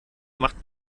macht